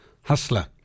Hustler